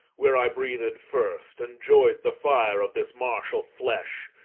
where i breathed first, and joy'd the fire of this martial flesh,